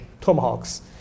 tomahawks